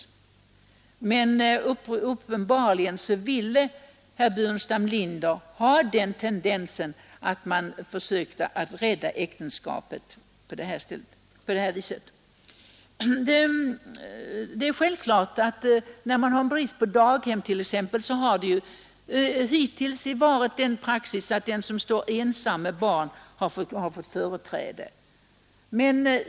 Uppenbarligen ville dock herr Burenstam Linder driva den linjen att man genom bidragsoch skattesystemet borde försöka rädda Vid brist på daghemsplatser har man hittills haft som praxis att den ensamstående med barn har fått företräde.